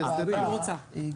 איזה